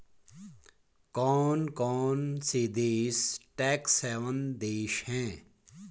कौन कौन से देश टैक्स हेवन देश हैं?